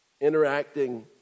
interacting